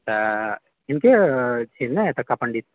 तऽ हिनके छै ने एतुका पण्डित